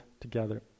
together